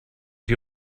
die